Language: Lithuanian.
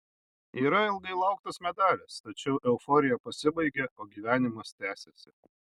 yra ilgai lauktas medalis tačiau euforija pasibaigia o gyvenimas tęsiasi